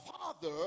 Father